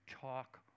talk